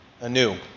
anew